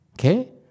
Okay